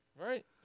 Right